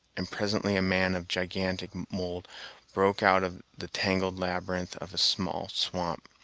and presently a man of gigantic mould broke out of the tangled labyrinth of a small swamp,